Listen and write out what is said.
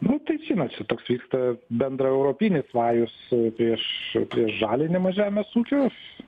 nu tai žinot čia toks vyksta bendra europinis vajus prieš prieš žalinimą žemės ūkio